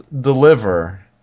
deliver